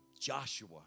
Joshua